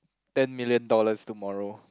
ten million dollars tomorrow